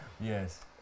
yes